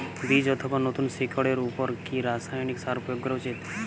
বীজ অথবা নতুন শিকড় এর উপর কি রাসায়ানিক সার প্রয়োগ করা উচিৎ?